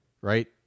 right